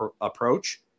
approach